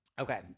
Okay